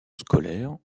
scolaire